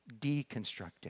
deconstructing